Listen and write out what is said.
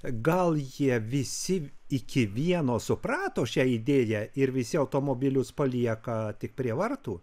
gal jie visi iki vieno suprato šią idėją ir visi automobilius palieka tik prie vartų